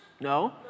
No